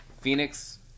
Phoenix